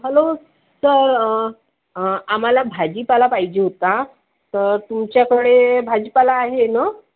hello sir आम्हाला भाजीपाला पाहिजे होता तर तुमच्याकडे भाजीपाला आहे नं